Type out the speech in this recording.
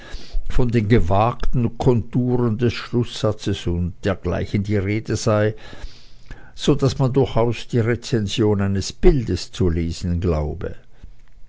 von den gewagten konturen des schlußsatzes und dergleichen die rede sei so daß man durchaus die rezension eines bildes zu lesen glaube